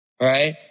Right